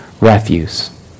refuse